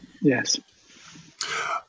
Yes